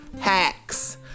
hacks